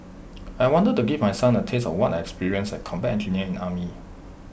I wanted to give my son A taste of what I experienced as A combat engineer in the army